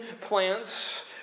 plants